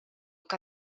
que